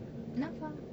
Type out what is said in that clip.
N_A_F_A